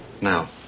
Now